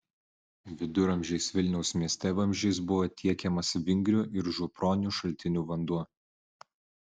viduramžiais vilniaus mieste vamzdžiais buvo tiekiamas vingrių ir župronių šaltinių vanduo